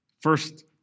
First